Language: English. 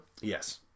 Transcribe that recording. Yes